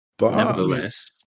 nevertheless